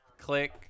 Click